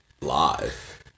live